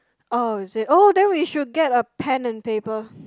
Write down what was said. oh is it oh then we should get a pen and paper